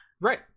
Right